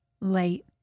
late